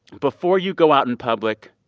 before you go out in public,